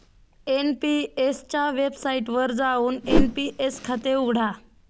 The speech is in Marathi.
एन.पी.एस च्या वेबसाइटवर जाऊन एन.पी.एस खाते उघडा